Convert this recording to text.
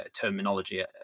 terminology